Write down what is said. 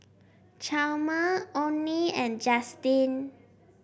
Chalmer Onie and Justin